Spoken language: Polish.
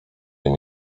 nim